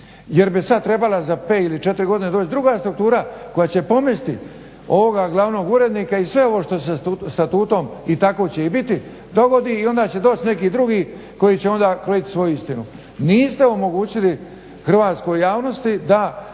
jer bi sad trebala za pet ili četiri godine trebala doć druga struktura koja će pomesti ovog glavnog urednika i sve ovo što se ovim statutom i tako će i biti dogodi i onda će doć neki drugi koji će onda krojit svoju istinu. Niste omogućili hrvatskoj javnosti da